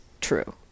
true